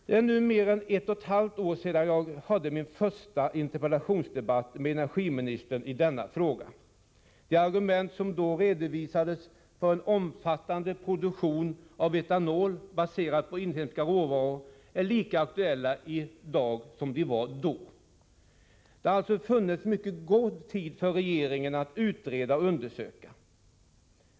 Det är nu mer än ett och ett halvt år sedan jag hade min första interpellationsdebatt med energiministern i denna fråga. De argument som då redovisades för en omfattande produktion av etanol, baserad på inhemska råvaror, är lika aktuella i dag som de var då. Det har alltså funnits mycket god tid för regeringen att utreda och undersöka.